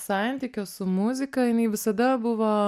santykio su muzika jinai visada buvo